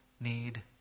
need